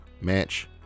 match